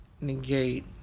negate